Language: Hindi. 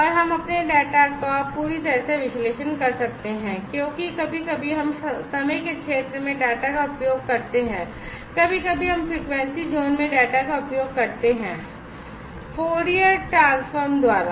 और हम अपने डेटा का पूरी तरह से विश्लेषण कर सकते हैं क्योंकि कभी कभी हम समय क्षेत्र में डेटा का उपयोग करते हैं या कभी कभी हम फ़्रीक्वेंसी ज़ोन में डेटा का उपयोग करते हैं Fourier transform द्वारा